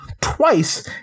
twice